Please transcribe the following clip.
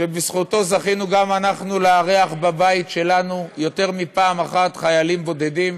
שבזכותו זכינו גם אנחנו לארח בבית שלנו יותר מפעם אחת חיילים בודדים,